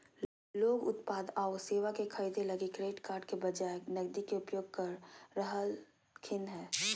लोग उत्पाद आऊ सेवा के खरीदे लगी क्रेडिट कार्ड के बजाए नकदी के उपयोग कर रहलखिन हें